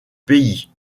pays